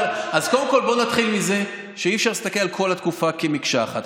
אז קודם כול בוא נתחיל מזה שאי-אפשר להסתכל על כל התקופה כמקשה אחת,